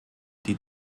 die